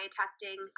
testing